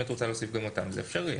אם את רוצה להוסיף גם אותם, זה אפשרי.